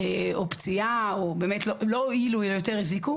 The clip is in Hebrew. או פציעה, לא הועילו אלא יותר הזיקו.